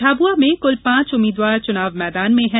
झाबुआ में कुल पांच उम्मीदवार चुनाव मैदान में हैं